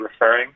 referring